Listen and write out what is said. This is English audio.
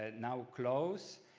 ah now close